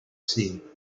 see